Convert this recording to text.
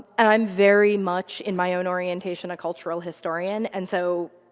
and i'm very much, in my own orientation, a cultural historian. and so,